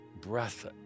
breath